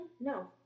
No